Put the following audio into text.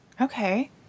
Okay